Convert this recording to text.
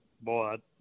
boy